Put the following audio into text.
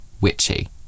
witchy